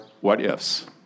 what-ifs